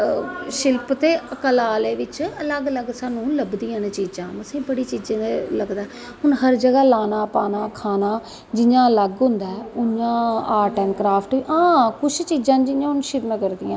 शिल्प ते कला आह्ले अलग अलग साह्नू लब्भदियां न चीज़ां असेंगी बड़ी चीज़ें दा लगदा हून हर जगाह् लाना पाना खानां जियां अलग होंदा ऐ उआं आर्ट ऐंड़ क्राप्ट हां कुश चीज़ां न जियां श्री नगर दियां